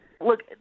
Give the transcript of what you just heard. Look